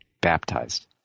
baptized